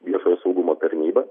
viešojo saugumo tarnyba